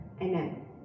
amen